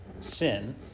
sin